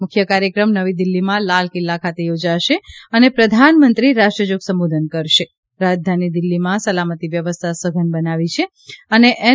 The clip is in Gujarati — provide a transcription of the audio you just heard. મુખ્ય કાર્યક્રમ નવી દિલ્ફીમાં લાલ કિલ્લા ખાતે યોજાશે અને પ્રધાનમંત્રી રાષ્ટ્રજાગ સંબોધન કરશે રાજધાની દિલ્ફીમાં સલામતિ વ્યવસ્થા સઘન બનાવી છે અને એન